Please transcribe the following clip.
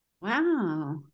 Wow